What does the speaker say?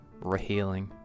rehealing